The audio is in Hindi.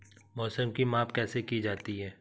मौसम की माप कैसे की जाती है?